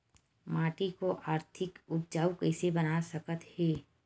माटी को अधिक उपजाऊ कइसे बना सकत हे?